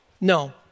No